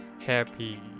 happy